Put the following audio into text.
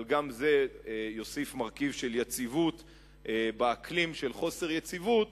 אבל גם זה יוסיף מרכיב של יציבות באקלים של חוסר יציבות,